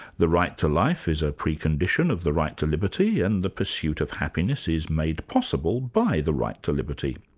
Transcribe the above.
the right to life is a precondition of the right to liberty, and the pursuit of happiness is made possible by the right to liberty.